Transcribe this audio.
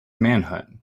manhunt